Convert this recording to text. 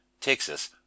Texas